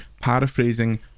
paraphrasing